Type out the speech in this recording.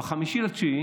ב-5 בספטמבר